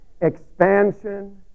expansion